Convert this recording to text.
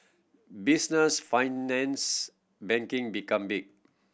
business finance banking became big